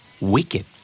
Wicked